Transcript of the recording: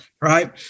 right